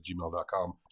gmail.com